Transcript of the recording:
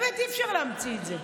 באמת אי-אפשר להמציא את זה.